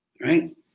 Right